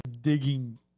digging